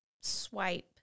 swipe